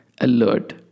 alert